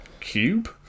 cube